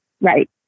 Right